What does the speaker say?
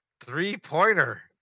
Three-pointer